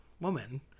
woman